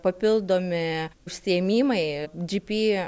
papildomi užsiėmimai gp